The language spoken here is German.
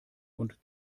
und